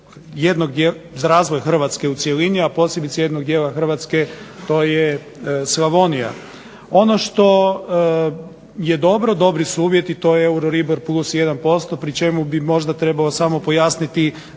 jednog, za razvoj Hrvatske u cjelini, a posebice jednog dijela Hrvatske, to je Slavonija. Ono što je dobro, dobri su uvjeti, to je …/Ne razumije se./… plus 1%, pri čemu bi možda trebao samo pojasniti